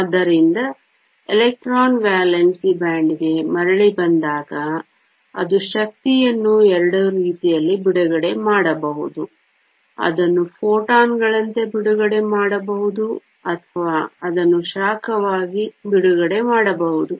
ಆದ್ದರಿಂದ electron valence ಬ್ಯಾಂಡ್ಗೆ ಮರಳಿ ಬಂದಾಗ ಅದು ಶಕ್ತಿಯನ್ನು 2 ರೀತಿಯಲ್ಲಿ ಬಿಡುಗಡೆ ಮಾಡಬಹುದು ಅದನ್ನು ಫೋಟಾನ್ ಗಳಂತೆ ಬಿಡುಗಡೆ ಮಾಡಬಹುದು ಅಥವಾ ಅದನ್ನು ಶಾಖವಾಗಿ ಬಿಡುಗಡೆ ಮಾಡಬಹುದು